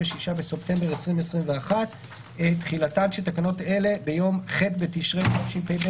בספטמבר 2021)". 2. תחילה תחילתן של תקנות אלה ביום ח' בתשרי התשפ"ב